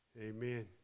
Amen